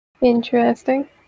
Interesting